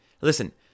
Listen